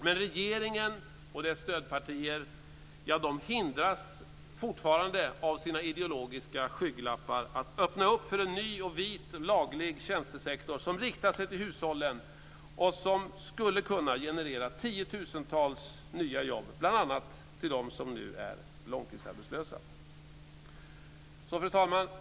Men regeringen och dess stödpartier hindras fortfarande av sina ideologiska skygglappar att öppna upp för en ny, vit och laglig tjänstesektor som riktar sig till hushållen och som skulle kunna generera tiotusentals nya jobb, bl.a. till dem som nu är långtidsarbetslösa. Fru talman!